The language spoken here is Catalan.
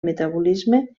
metabolisme